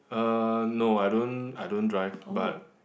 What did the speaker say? uh no I don't I don't drive but